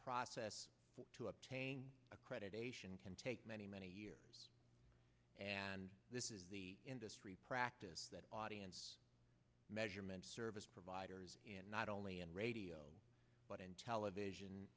process to obtain accreditation can take many many years and this is the industry practice that audience measurement service providers and not only in radio but in television